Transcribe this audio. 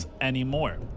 Anymore